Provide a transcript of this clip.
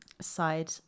side